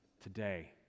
today